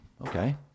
okay